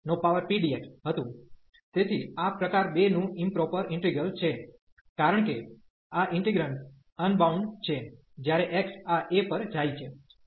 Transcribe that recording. તેથી આ પ્રકાર 2 નું ઇમપ્રોપર ઈન્ટિગ્રલ છે કારણ કે આ ઈન્ટિગ્રેન્ડ અનબાઉન્ડ છે જ્યારે x આ a પર જાય છે